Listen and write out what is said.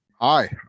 Hi